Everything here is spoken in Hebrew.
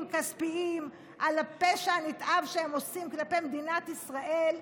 כספיים על הפשע הנתעב שהם עושים כלפי מדינת ישראל.